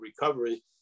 recovery